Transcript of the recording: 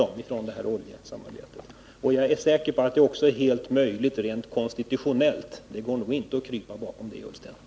Det är nog också möjligt att ta ett sådant initiativ rent konstitutionellt — det går inte att krypa bakom lagen, herr Ullsten.